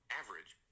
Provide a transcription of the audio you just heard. average